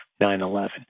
9-11